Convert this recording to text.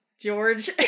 George